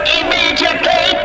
immediately